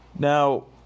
Now